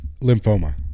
lymphoma